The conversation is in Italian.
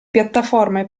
piattaforme